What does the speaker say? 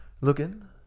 Looking